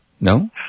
No